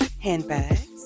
handbags